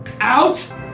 Out